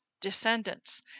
descendants